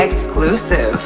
exclusive